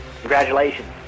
Congratulations